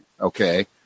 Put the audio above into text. Okay